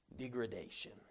degradation